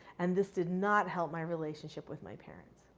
and this did not help my relationship with my parents.